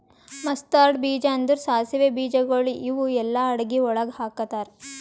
mustard ಬೀಜ ಅಂದುರ್ ಸಾಸಿವೆ ಬೀಜಗೊಳ್ ಇವು ಎಲ್ಲಾ ಅಡಗಿ ಒಳಗ್ ಹಾಕತಾರ್